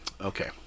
Okay